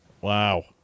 Wow